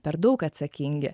per daug atsakingi